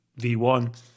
v1